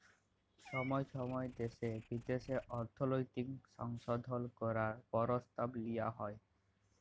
ছময় ছময় দ্যাশে বিদ্যাশে অর্থলৈতিক সংশধল ক্যরার পরসতাব লিয়া হ্যয়